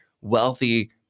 wealthy